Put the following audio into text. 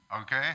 Okay